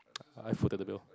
I footed the bill